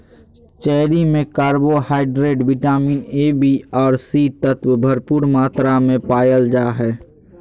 cherry में carbohydrate, vitamin A, B आर C तत्व भरपूर मात्रा में पायल जा हइ